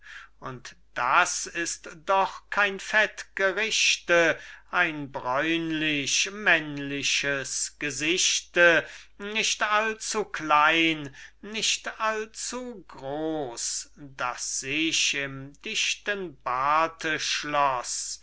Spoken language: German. und das ist doch kein fett gerichte ein bräunlich männliches gesichte nicht allzu klein nicht allzu groß das sich im dichten barte schloß